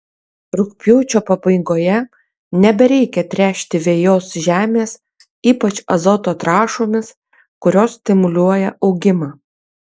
rugpjūčio pabaigoje nebereikia tręšti vejos žemės ypač azoto trąšomis kurios stimuliuoja augimą